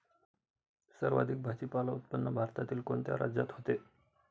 सर्वाधिक भाजीपाला उत्पादन भारतातील कोणत्या राज्यात होते?